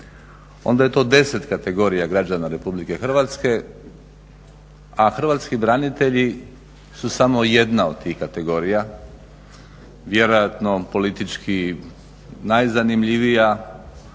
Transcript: onda je to 10 kategorija građana Republike Hrvatske a hrvatski branitelji su samo jedna od tih kategorija, vjerojatno politički najzanimljivija,